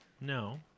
No